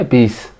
Peace